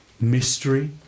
mystery